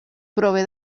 prové